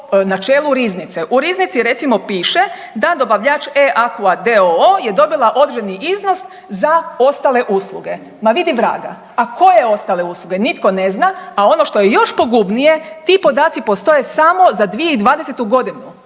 načelu riznice. U riznici recimo, piše da dobavljač E-aqua d.o.o. je dobila određeni iznos za ostale usluge. Ma vidi vraga. A koje ostale usluge? Nitko ne zna, a ono što je još pogubnije, ti podaci postoje samo za 2020. g.